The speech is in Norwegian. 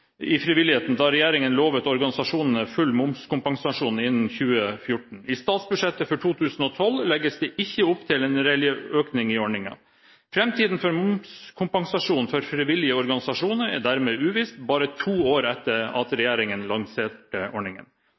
i frivilligheten da regjeringen lovet organisasjonene full momskompensasjon innen 2014. I statsbudsjettet for 2012 legges det ikke opp til reell økning i ordningen. Framtiden for momskompensasjonen for frivillige organisasjoner er dermed uviss, bare to år etter at regjeringen lanserte ordningen.